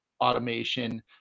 automation